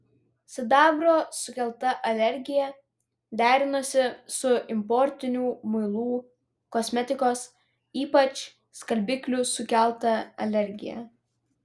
sidabro sukelta alergija derinosi su importinių muilų kosmetikos ypač skalbiklių sukelta alergija